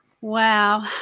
Wow